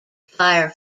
fire